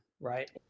right